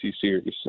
series